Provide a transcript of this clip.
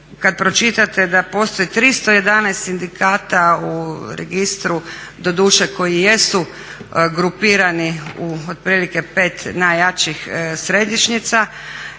kad pročitate da postoji 311 sindikata u registru, doduše koji jesu grupirani u otprilike 5 najjačih središnjica,